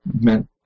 meant